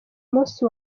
musi